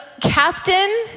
captain